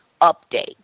update